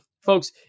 Folks